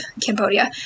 Cambodia